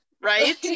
Right